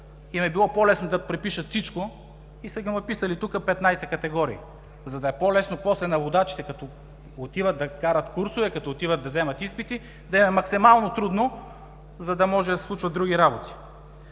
им е било по-лесно да препишат всичко, са написали тук 15 категории, за да е по-лесно после на водачите, когато отиват да карат курсове, когато отиват да вземат изпити, да им е максимално трудно, за да може да се случват други работи.